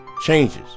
changes